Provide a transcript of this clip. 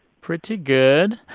pretty good.